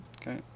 okay